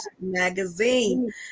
magazine